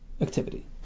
activity